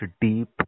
deep